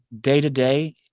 day-to-day